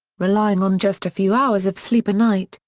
relying on just a few hours of sleep a night,